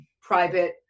private